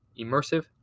immersive